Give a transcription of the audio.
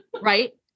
Right